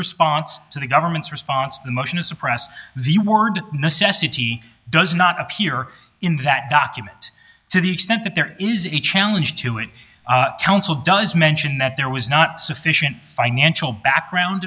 response to the government's response the motion to suppress the word necessity does not appear in that document to the extent that there is a challenge to it counsel does mention that there was not sufficient financial background